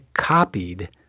copied